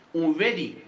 already